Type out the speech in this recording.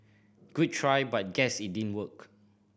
good try but guess it didn't work